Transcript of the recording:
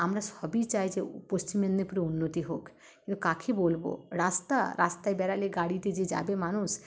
আমরা সবই চাই যে পশ্চিম মেদনীপুরের উন্নতি হোক কিন্তু কাকে বলব রাস্তা রাস্তায় বেরোলে গাড়িতে যে যাবে মানুষ